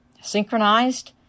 synchronized